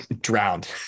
drowned